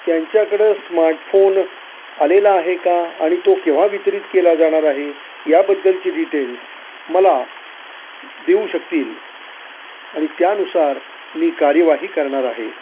त्यांच्याकडं स्मार्टफोन आलेला आहे का आणि तो केव्हा वितरित केला जाणार आहे याबद्दलचे डिटेल्स मला देऊ शकतील आणि त्यानुसार मी कार्यवाही करणार आहे